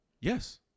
Yes